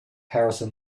harrison